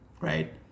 right